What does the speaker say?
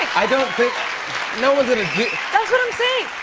i don't think no one's gonna that's what i'm saying.